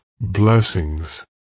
blessings